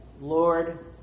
Lord